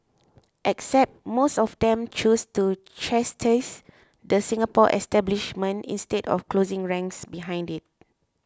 except most of them chose to chastise the Singapore establishment instead of 'closing ranks' behind it